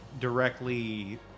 directly